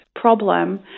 problem